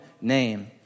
name